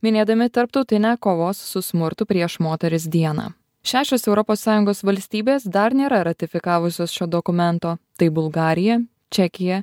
minėdami tarptautinę kovos su smurtu prieš moteris dieną šešios europos sąjungos valstybės dar nėra ratifikavusios šio dokumento tai bulgarija čekija